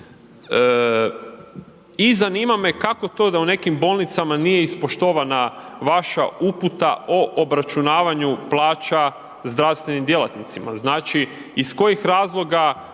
I zanima me kako to da u nekim bolnicama nije ispoštovana vaša uputa o obračunavanju plaća zdravstvenim djelatnicima? Znači, iz kojih razloga